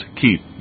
keep